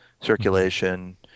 circulation